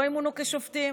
לא ימונו לשופטים,